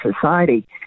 society